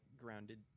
grounded